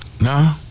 no